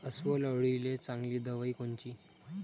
अस्वल अळीले चांगली दवाई कोनची?